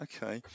Okay